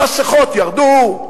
המסכות ירדו,